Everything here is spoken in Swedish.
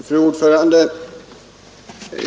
Fru talman!